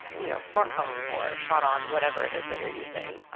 you know smart phone, or shot on whatever it is that you're using.